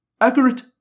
accurate